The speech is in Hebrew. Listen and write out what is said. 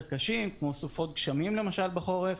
קשים כמו סופות גשמים למשל בחורף,